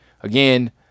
again